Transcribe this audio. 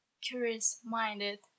curious-minded